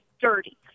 dirty